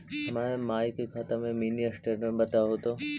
हमर माई के खाता के मीनी स्टेटमेंट बतहु तो?